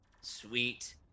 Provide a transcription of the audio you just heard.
Sweet